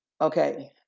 Okay